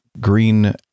green